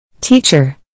Teacher